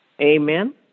Amen